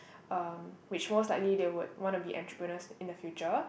um which most likely they would want to be entrepreneurs in the future